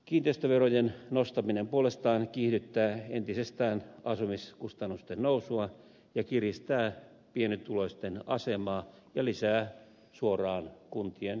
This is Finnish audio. kiinteistöverojen nostaminen puolestaan kiihdyttää entisestään asumiskustannusten nousua ja kiristää pienituloisten asemaa ja lisää suoraan muun muassa kuntien toimeentulotukimenoja